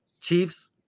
Chiefs